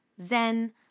zen